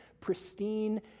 pristine